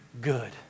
good